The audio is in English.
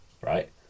right